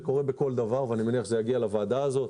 זה קורה בכל דבר ואני מניח שזה יגיע לוועדה הזאת,